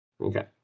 Okay